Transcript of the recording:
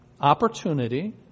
opportunity